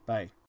Bye